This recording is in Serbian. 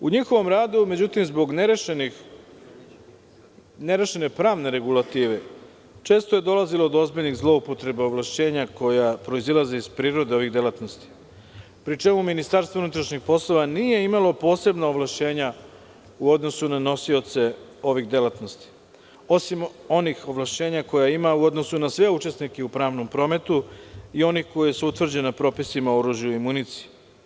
U njihovom radu, međutim, zbog nerešene pravne regulative često je dolazilo do ozbiljnih zloupotreba ovlašćenja koja proizilaze iz prirode ovih delatnosti, pri čemu MUP nije imalo posebna ovlašćenja u odnosu na nosioce ovih delatnosti, osim onih ovlašćenja koja ima u odnosu na sve učesnike u pravnom prometu i onih koji su utvrđeni na propisima o oružju i municiji.